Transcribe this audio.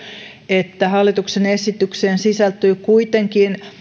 että hallituksen esitykseen sisältyy kuitenkin